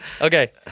Okay